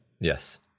Yes